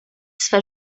swe